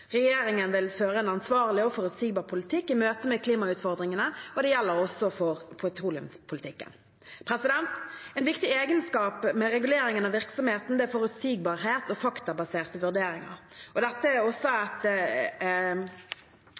Regjeringen vil føre en ansvarlig og forutsigbar politikk i møte med klimautfordringene, og det gjelder også for petroleumspolitikken. En viktig egenskap med reguleringen av virksomheten er forutsigbarhet og faktabaserte vurderinger. Dette er også